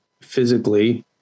physically